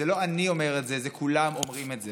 ולא אני אומר את זה, כולם אומרים את זה.